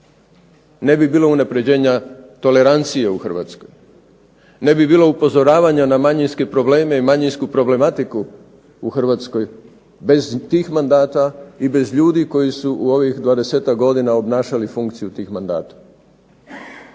ne bi bilo unapređenja tolerancije u Hrvatskoj, ne bi bilo upozoravanja na manjinske probleme i manjinsku problematiku u Hrvatskoj bez tih mandata i bez ljudi koji su ovih 20-tak godina obnašali funkciju tih mandata.